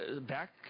back